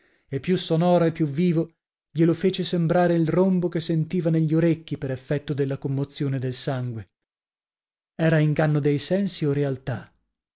e più sonoro e più vivo glielo fece sembrare il rombo che sentiva negli orecchi per effetto della commozione del sangue era inganno dei sensi o realtà